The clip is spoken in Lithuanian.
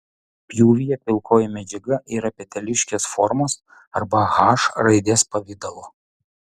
pjūvyje pilkoji medžiaga yra peteliškės formos arba h raidės pavidalo